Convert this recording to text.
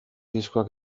diskoak